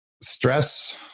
stress